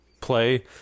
play